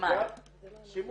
עשו